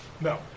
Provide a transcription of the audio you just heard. No